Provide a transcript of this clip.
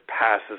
passes